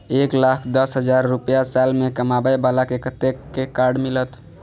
एक लाख दस हजार रुपया साल में कमाबै बाला के कतेक के कार्ड मिलत?